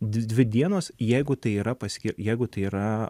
d dvi dienos jeigu tai yra paski jeigu tai yra